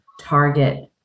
target